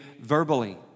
verbally